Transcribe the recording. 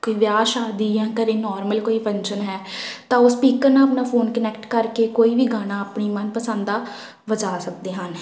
ਕੋਈ ਵਿਆਹ ਸ਼ਾਦੀ ਜਾਂ ਘਰ ਨੋਰਮਲ ਕੋਈ ਫੰਕਸ਼ਨ ਹੈ ਤਾਂ ਉਹ ਸਪੀਕਰ ਨਾਲ ਆਪਣਾ ਫੋਨ ਕਨੈਕਟ ਕਰਕੇ ਕੋਈ ਵੀ ਗਾਣਾ ਆਪਣੀ ਮਨਪਸੰਦ ਦਾ ਵਜਾ ਸਕਦੇ ਹਨ